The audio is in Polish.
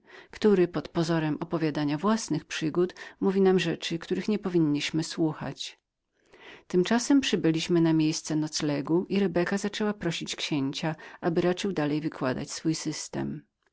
który pod pozorem opowiadania własnych przygód mówił nam rzeczy których jako prawowierni chrześcijanie nie powinniśmy byli słuchać śród tego przybyliśmy na miejsce spoczynku i rebeka znowu zaczęła prosić księcia aby raczył dalej wykładać swój system